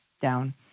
down